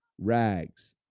rags